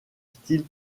style